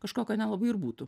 kažkokio nelabai ir būtų